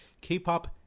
K-pop